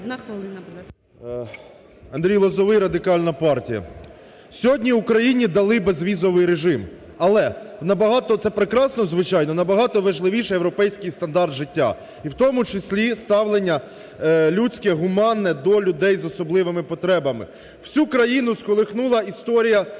Андрій Лозовий, Радикальна партія. Сьогодні Україні дали безвізовий режим, але набагато… це прекрасно, звичайно. Набагато важливіше – європейський стандарт життя. І в тому числі ставлення людське, гуманне до людей з особливими потребами. Всю країну сколихнула історія Анатолія